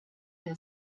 der